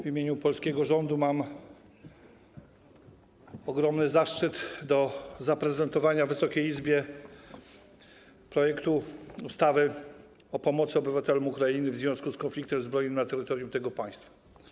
W imieniu polskiego rządu mam ogromny zaszczyt zaprezentować Wysokiej Izbie projekt ustawy o pomocy obywatelom Ukrainy w związku z konfliktem zbrojnym na terytorium tego państwa.